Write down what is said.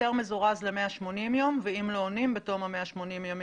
היתר מזורז ל-180 ימים ואם לא עונים בתחום ה-180 ימים,